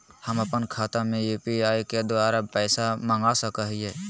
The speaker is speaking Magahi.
हम अपन खाता में यू.पी.आई के द्वारा पैसा मांग सकई हई?